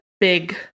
big